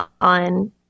on